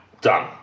done